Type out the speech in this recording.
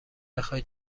بخوای